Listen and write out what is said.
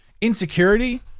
Insecurity